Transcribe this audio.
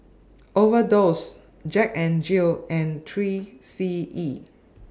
Overdose Jack N Jill and three C E